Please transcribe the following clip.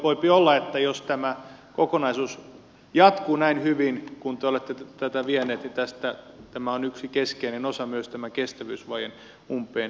voipi olla että jos tämä kokonaisuus jatkuu näin hyvin kuin te olette tätä vieneet niin tämä on yksi keskeinen osa myös tämän kestävyysvajeen umpeenkuromisessa